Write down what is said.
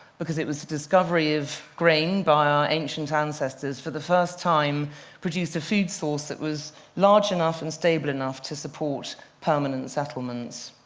because it was discovery of grain by our ancient ancestors for the first time that produced a food source that was large enough and stable enough to support permanent settlements.